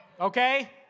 Okay